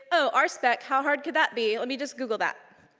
oh, ah rspec. how hard could that be? let me just google that.